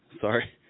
Sorry